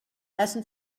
lassen